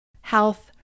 health